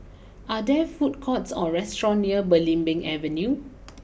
are there food court or restaurant near Belimbing Avenue